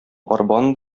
арбаны